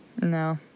No